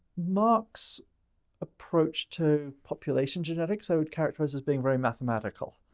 marc's approach to population genetics, i would characterize as being very mathematical.